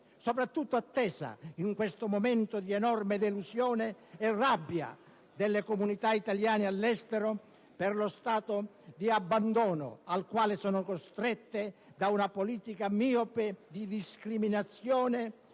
soprattutto, attesa in questo momento di enorme delusione e rabbia delle comunità italiane all'estero per lo stato di abbandono al quale sono costrette da una politica miope di discriminazione